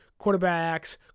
quarterbacks